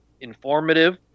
informative